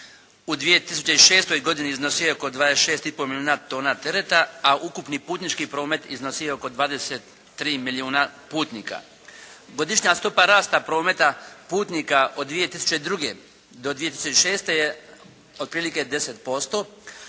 u 2006. godini iznosio je oko 26 i pol milijuna tona tereta, a ukupni putnički promet iznosio je oko 23 milijuna putnika. Godišnja stopa rasta prometa putnika od 2002. do 2006. je otprilike 10%.